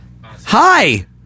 Hi